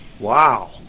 Wow